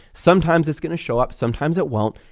sometimes it's going to show up, sometimes it won't,